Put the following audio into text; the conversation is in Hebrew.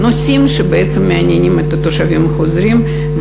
נושאים שמעניינים את התושבים החוזרים.